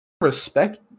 respect